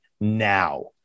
now